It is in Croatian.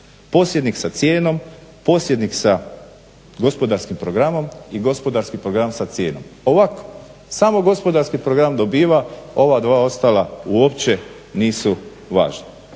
Posjednik sa cijenom, posjednik sa gospodarskim programom i gospodarski program sa cijenom. Lako, samo gospodarski program dobiva ova dva ostala uopće nisu važna.